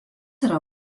yra